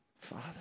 Father